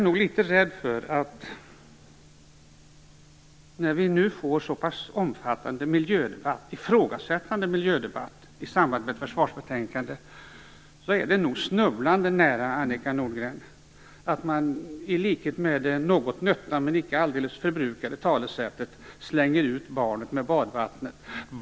När vi nu får en så här ifrågasättande miljödebatt i samband med ett försvarsbetänkande är det snubblande nära, Annika Nordgren, att man i likhet med det något nötta men icke alldeles förbrukade talesättet slänger ut barnet med badvattnet.